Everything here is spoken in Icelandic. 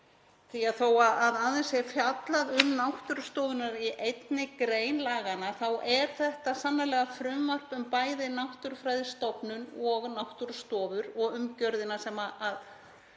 því að þó að aðeins sé fjallað um náttúrustofurnar í einni grein laganna þá er þetta sannarlega frumvarp um bæði Náttúrufræðistofnun og náttúrustofur og umgjörðina sem